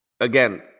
Again